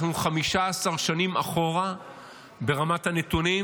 אנחנו 15 שנים אחורה ברמת הנתונים,